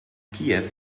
kiew